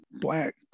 black